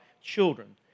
children